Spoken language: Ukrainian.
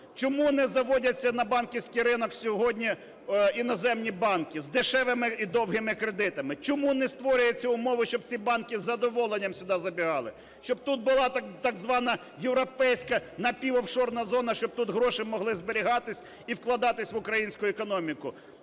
Чому не заводяться на банківський ринок сьогодні іноземні банки з дешевими і довгими кредитами? Чому не створюються умови, щоб ці банки з задоволенням сюди забігали, щоб тут була так звана європейська напівофшорна зона, щоб тут гроші могли зберігатись і вкладатись в українську економіку?